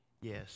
yes